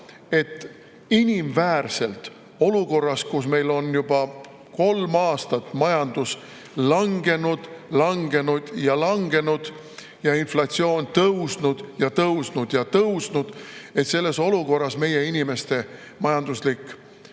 et inimväärselt selles olukorras, kus meil on juba kolm aastat majandus langenud, langenud ja langenud, ja inflatsioon tõusnud, tõusnud ja tõusnud, meie inimeste majanduslik